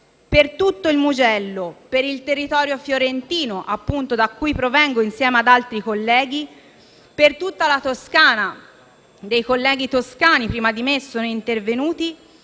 per tutto il Mugello, per il territorio fiorentino da cui provengo, insieme ad altri colleghi, per tutta la Toscana - prima di me sono intervenuti